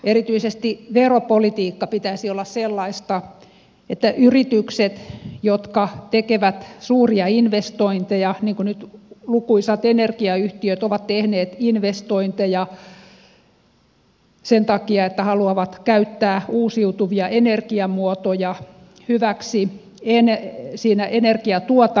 erityisesti veropolitiikan pitäisi olla sellaista niille yritykselle jotka tekevät suuria investointeja niin kuin nyt lukuisat energiayhtiöt ovat tehneet investointeja sen takia että haluavat käyttää uusiutuvia energiamuotoja hyväksi ei näe siinä energia tuottaa